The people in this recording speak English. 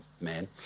man